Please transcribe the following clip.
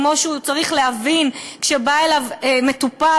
כמו שהוא צריך להבין כשבא אליו מטופל,